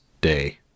day